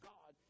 God